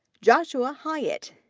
joshua hiatt,